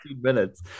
minutes